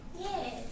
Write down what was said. Yes